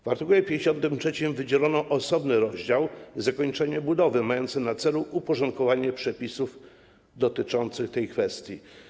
W art. 53 wydzielono osobny rozdział: Zakończenie budowy, który na celu uporządkowanie przepisów dotyczących tej kwestii.